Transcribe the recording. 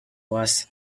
was